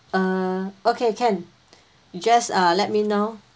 uh okay can just uh let me know